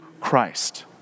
Christ